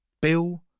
Bill